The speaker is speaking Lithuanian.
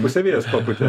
pusę vėjas papūtė